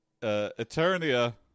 Eternia